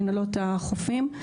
מנהלות החופים.